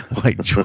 white